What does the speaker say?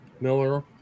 Miller